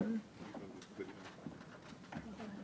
אני שמחה לפתוח את הדיון בנושא חשוב כל כך,